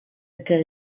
què